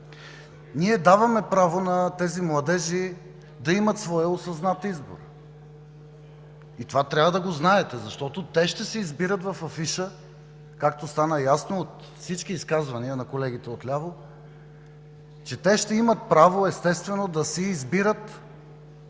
Ние даваме право на тези младежи да имат своя осъзнат избор и това трябва да го знаете, защото те ще си избират в афиша, както стана ясно от всички изказвания на колегите отляво, че те ще имат право да си избират